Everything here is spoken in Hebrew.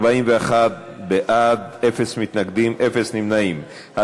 לתיקון פקודת מס הכנסה (מס' 222 והוראות שעה) (הטבות